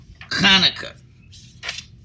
Hanukkah